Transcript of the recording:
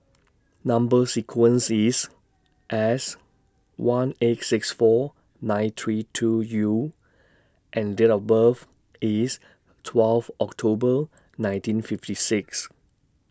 Number sequence IS S one eight six four nine three two U and Date of birth IS twelve October nineteen fifty six